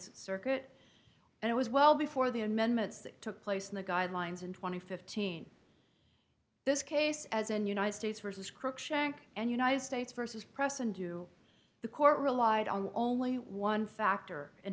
circuit and it was well before the amendments that took place in the guidelines and two thousand and fifteen this case as in united states versus cruickshank and united states versus press and do the court relied on only one factor in